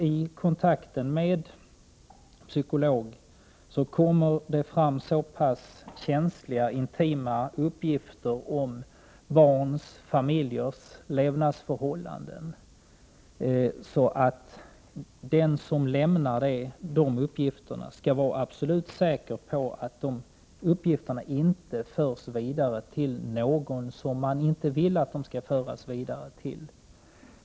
I kontakten med psykolog kommer det fram så känsliga och intima uppgifter om barns och familjers levnadsförhållanden att den som lämnar de uppgifterna måste kunna vara absolut säker på att de inte förs vidare till någon som man inte vill att de skall föras vidare till.